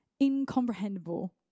incomprehensible